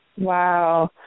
Wow